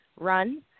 run